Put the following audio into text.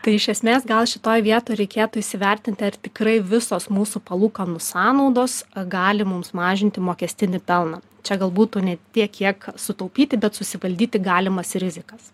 tai iš esmės gal šitoj vietoj reikėtų įsivertinti ar tikrai visos mūsų palūkanų sąnaudos gali mums mažinti mokestinį pelną čia galbūt ne tiek kiek sutaupyti bet susivaldyti galimas rizikas